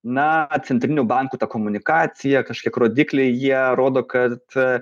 na centrinių bankų ta komunikacija kažkiek rodikliai jie rodo kad